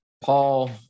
Paul